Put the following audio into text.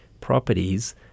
properties